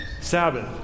Sabbath